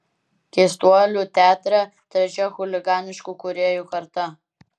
keistuolių teatre trečia chuliganiškų kūrėjų karta